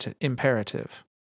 imperative